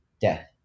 Death